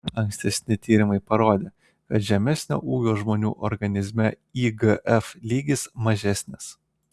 ankstesni tyrimai parodė kad žemesnio ūgio žmonių organizme igf lygis mažesnis